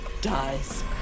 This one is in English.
dies